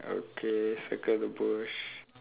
okay circle the bush